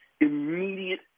immediate